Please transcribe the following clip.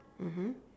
mmhmm